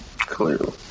clearly